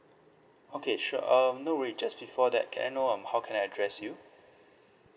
okay sure um no worry just before that can I know um how can I address you